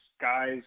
guys